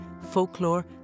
folklore